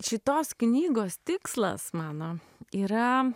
šitos knygos tikslas mano yra